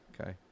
Okay